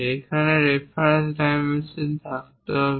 একটি reference dimension থাকতে হবে